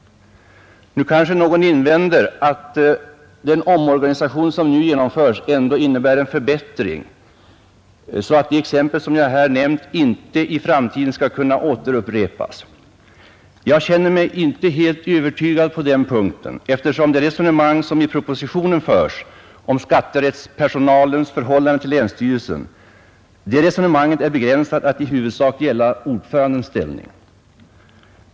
Någon kanske invänder att den omorganisation som nu genomföres ändå innebär en förbättring, så att de exempel som jag här nämnt inte i framtiden skall kunna återupprepas. Jag känner mig inte helt övertygad på den punkten, eftersom det resonemang som förs i propositionen om skatterättspersonalens förhållande till länsstyrelsen är begränsat till att i huvudsak gälla ordförandens ställning.